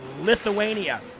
Lithuania